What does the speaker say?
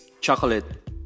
chocolate